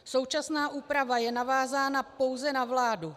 Současná úprava je navázána pouze na vládu.